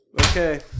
Okay